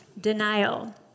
denial